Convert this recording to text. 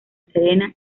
serena